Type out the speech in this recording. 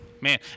Man